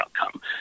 outcome